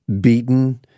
beaten